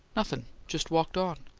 nothin'. just walked on.